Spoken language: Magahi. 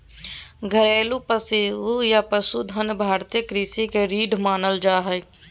घरेलू पशु या पशुधन भारतीय कृषि के रीढ़ मानल जा हय